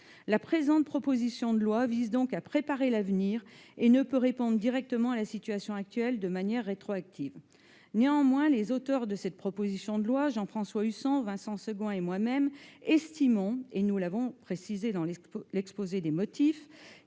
La présente proposition de loi vise à préparer l'avenir et ne peut répondre directement à la situation actuelle de manière rétroactive. Néanmoins, ses auteurs, Jean-François Husson, Vincent Segouin et moi-même, estimons- nous l'avons précisé dans l'exposé des motifs